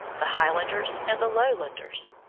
the highlanders and the lowlanders.